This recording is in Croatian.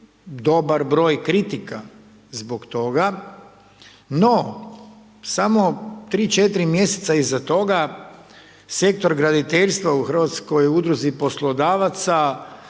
dobar broj kritika zbog toga. No, samo 3, 4 mjeseca iza toga sektor graditeljstva u Hrvatskoj udruzi poslodavaca